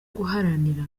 guharanira